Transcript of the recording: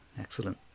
excellent